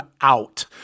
out